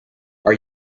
are